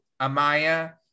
Amaya